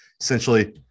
essentially